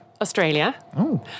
Australia